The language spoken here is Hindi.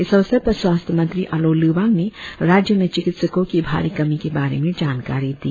इस अवसर पर स्वास्थ्य मंत्री आलो लिबांग ने राज्य में चिकित्सकों की भारी कमी के बारे में जानकारि दी